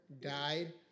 died